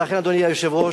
לכן, אדוני היושב-ראש,